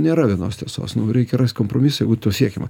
nėra vienos tiesos nu reikia rast kompromisą jeigu to siekiama